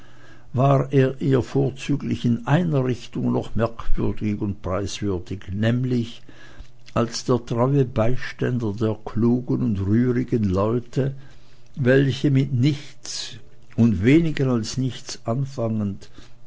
war er ihr vorzüglich in einer richtung noch merk und preiswürdig nämlich als der treue beiständer der klugen und rührigen leute welche mit nichts und weniger als nichts anfangend